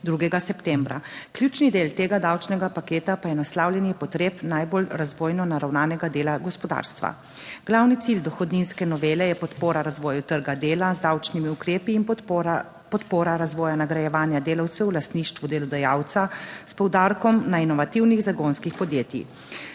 2. septembra. Ključni del tega davčnega paketa pa je naslavljanje potreb najbolj razvojno naravnanega dela gospodarstva. Glavni cilj dohodninske novele je podpora razvoju trga dela z davčnimi ukrepi in podpora razvoja nagrajevanja delavcev v lastništvu delodajalca, s poudarkom na inovativnih zagonskih podjetij.